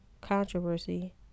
controversy